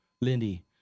Lindy